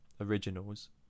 originals